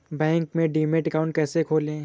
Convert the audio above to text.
Bank में demat account कैसे खोलें?